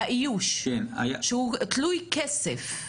האיוש, שהוא תלוי כסף.